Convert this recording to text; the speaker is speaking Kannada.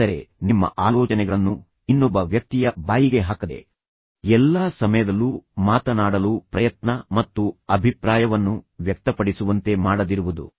ಆದರೆ ನಿಮ್ಮ ಆಲೋಚನೆಗಳನ್ನು ಇನ್ನೊಬ್ಬ ವ್ಯಕ್ತಿಯ ಬಾಯಿಗೆ ಹಾಕದೆ ನೀವು ಎಲ್ಲಾ ಸಮಯದಲ್ಲೂ ಮಾತನಾಡಲು ಪ್ರಯತ್ನ ಮಾಡದಿರುವುದುಮತ್ತು ಇನ್ನೊಬ್ಬ ವ್ಯಕ್ತಿಯು ತನ್ನ ಅಭಿಪ್ರಾಯವನ್ನು ವ್ಯಕ್ತಪಡಿಸುವಂತೆ ಮಾಡದಿರುವುದು